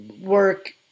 work